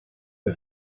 the